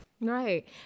Right